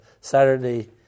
Saturday